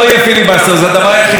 היא,